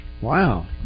Wow